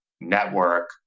network